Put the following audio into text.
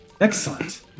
Excellent